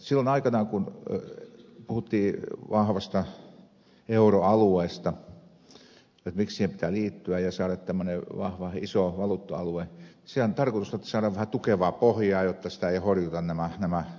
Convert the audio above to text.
silloin aikanaan kun puhuttiin vahvasta euroalueesta miksi siihen pitää liittyä ja saada tämmöinen vahva iso valuutta alue sillähän oli se tarkoitus että saadaan vähän tukevaa pohjaa jotta sitä eivät horjuta nämä valuuttakeinottelijat